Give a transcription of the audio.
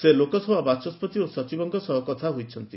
ସେ ଲୋକସଭା ବାଚସ୍ତି ଓ ସଚିବଙ୍କ ସହ କଥା ହୋଇଛନ୍ତି